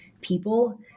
people